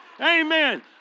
Amen